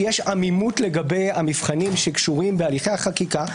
שיש עמימות לגבי המבחנים שקשורים בהליכי החקיקה.